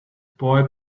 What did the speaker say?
boy